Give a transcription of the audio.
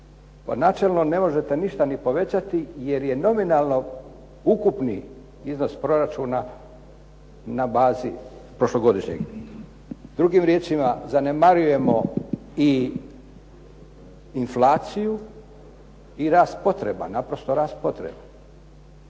Načelno ne možete ništa ni povećati jer je nominalno ukupni iznos proračuna na bazi prošlogodišnjeg. Drugim riječima, zanemarujemo i inflaciju i rast potreba, naprosto rast potreba.